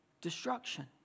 destruction